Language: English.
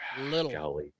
little